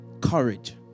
courage